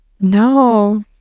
No